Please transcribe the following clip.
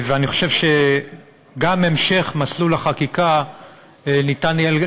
ואני חושב שגם בהמשך מסלול החקיקה ניתן יהיה,